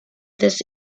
this